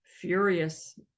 furious